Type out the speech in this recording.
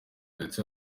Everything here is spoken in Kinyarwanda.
ndetse